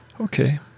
Okay